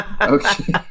Okay